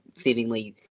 seemingly